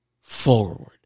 forward